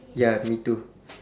ya me too